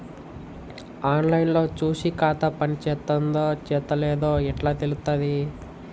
On line లో చూసి ఖాతా పనిచేత్తందో చేత్తలేదో ఎట్లా తెలుత్తది?